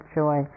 joy